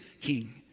king